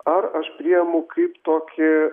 ar aš priemu kaip tokį